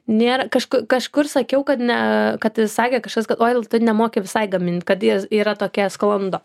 nėra kažku kažkur sakiau kad ne kad sakė kažkas galvoja gal tu nemoki visai gaminti kad jie yra tokia sklando